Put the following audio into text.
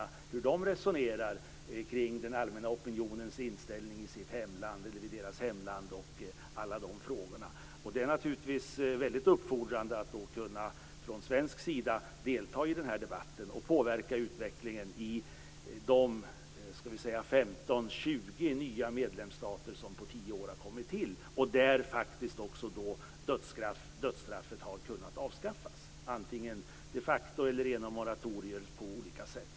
Jag har hört hur de resonerar kring den allmänna opinionens inställning i deras hemland och alla de frågorna. Då är det naturligtvis väldigt uppfordrande att från svensk sida kunna delta i debatten och påverka utvecklingen i de 15, 20 nya medlemsstater som på tio år har tillkommit. Där har dödsstraffet faktiskt också kunnat avskaffas, antingen de facto eller genom moratorier på olika sätt.